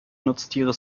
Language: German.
nutztiere